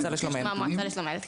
להפעיל עכשיו את מרכזי החוסן במכרזים,